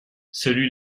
celui